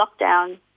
lockdown